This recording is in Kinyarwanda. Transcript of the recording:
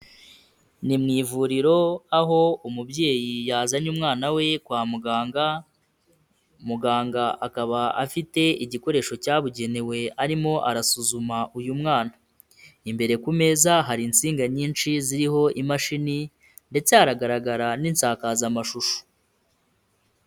Ni mu ivuriro aho umubyeyi yazanye umwana we kwa muganga, muganga akaba afite igikoresho cyabugenewe arimo arasuzuma uyu mwana, imbere ku meza hari insinga nyinshi ziriho imashini ndetse haragaragara n'insakazamashusho.